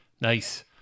Nice